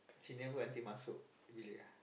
she never until masuk really ah